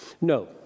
No